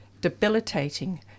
debilitating